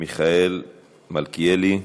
מיכאל מלכיאלי.